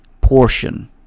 portion